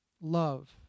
Love